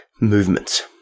movements